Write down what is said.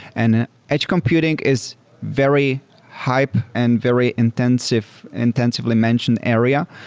and and edge computing is very hype and very intensively intensively mentioned area.